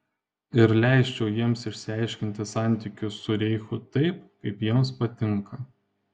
ir leisčiau jiems išsiaiškinti santykius su reichu taip kaip jiems patinka